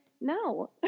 no